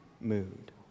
mood